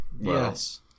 Yes